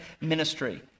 ministry